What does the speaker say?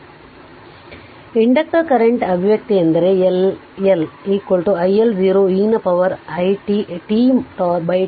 ಆದ್ದರಿಂದ inductor current ಅಭಿವ್ಯಕ್ತಿ ಎಂದರೆ L L i L 0 e ನ ಪವರ್ t τ